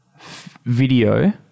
video